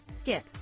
Skip